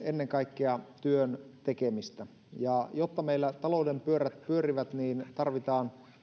ennen kaikkea työn tekemistä ja jotta meillä talouden pyörät pyörivät tarvitaan